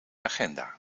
agenda